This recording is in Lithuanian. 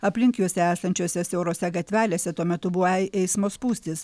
aplink juos esančiose siaurose gatvelėse tuo metu buvo eismo spūstys